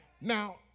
Now